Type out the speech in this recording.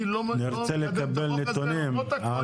אני לא מקדם את החוק הזה, למרות הכל.